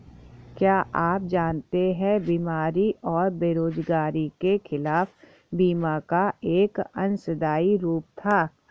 क्या आप जानते है बीमारी और बेरोजगारी के खिलाफ बीमा का एक अंशदायी रूप था?